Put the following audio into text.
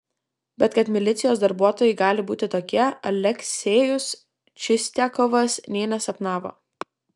bet kad milicijos darbuotojai gali būti tokie aleksejus čistiakovas nė nesapnavo